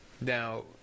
Now